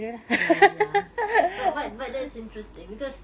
ya ya ya but but but that's interesting because